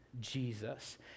Jesus